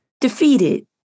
Defeated